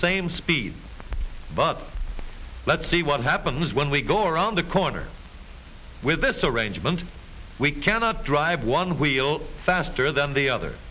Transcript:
same speed but let's see what happens when we go around the corner with this arrangement we cannot drive one wheel faster than the other